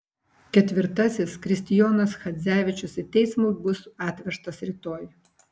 ketvirtasis kristijonas chadzevičius į teismą bus atvežtas rytoj